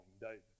David